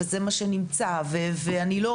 וזה מה